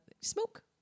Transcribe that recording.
smoke